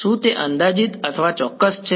શું તે અંદાજિત અથવા ચોક્કસ છે